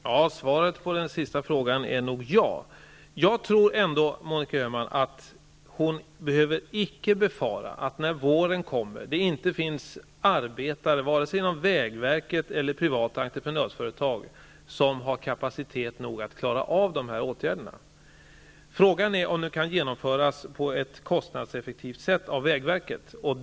Herr talman! Svaret på den senaste frågan är nog ja. Jag tror icke att Monica Öhman behöver befara att det när våren kommer inte finns arbetare vare sig det gäller vägverket eller privata entreprenörsföretag som har tillräckligt stor kapacitet för att klara av de aktuella åtgärderna. Frågan är bara om de kan vidtas på ett kostnadseffektivt sätt från vägverkets sida.